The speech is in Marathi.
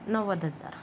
नव्वद हजार